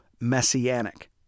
messianic